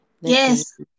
Yes